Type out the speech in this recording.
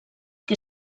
que